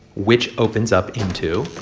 which opens up into.